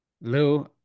Lou